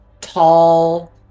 tall